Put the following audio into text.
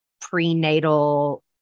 prenatal